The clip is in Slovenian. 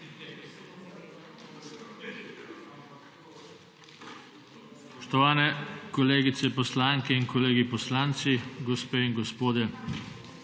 Spoštovane kolegice poslanke in kolegi poslanci, gospe in gospodje!